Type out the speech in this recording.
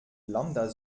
lambda